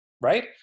right